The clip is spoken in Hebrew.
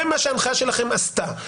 זה מה שההנחיה שלכם עשתה.